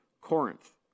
Corinth